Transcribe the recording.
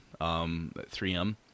3M